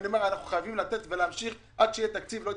אנחנו חייבים לתת ולהמשיך עד שיהיה תקציב אני לא